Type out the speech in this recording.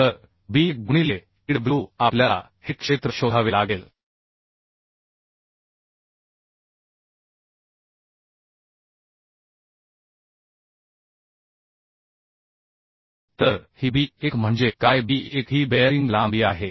तर b1 गुणिले Tw आपल्याला हे क्षेत्र शोधावे लागेल तर ही b1 म्हणजे काय b1 ही बेअरिंग लांबी आहे